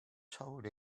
told